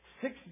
Six